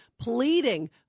pleading